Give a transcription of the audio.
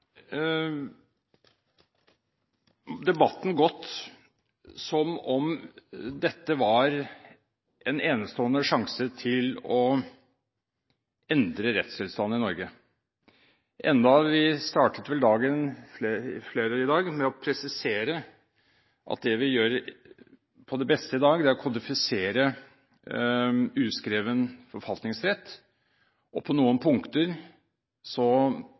Debatten har gått som om dette var en enestående sjanse til å endre rettstilstanden i Norge, enda flere vel startet dagen i dag med å presisere at det vi på det beste gjør i dag, er å kodifisere uskreven forfatningsrett, og på noen punkter